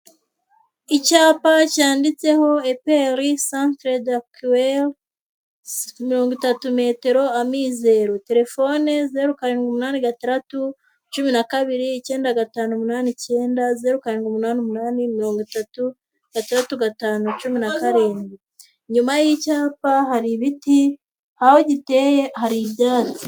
Icyapa cyanditseho eperi satere dakuwere mirongo itatu metero amizero telefone zeru, karindwi, umunani, garatu, cumi na kabiri, icyenda, gatanu, umunani, icyenda, zeru, karindwi, umunani, umunani, umunani, mirongo itatu, gatandatu, gatanu, cumi na karindwi, inyuma y'icyapa hari ibiti aho giteye hari ibyatsi.